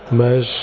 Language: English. mas